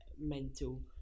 mental